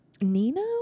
Nino